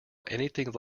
anything